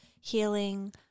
healing